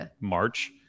March